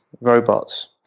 robots